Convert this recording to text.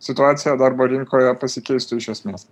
situacija darbo rinkoje pasikeistų iš esmės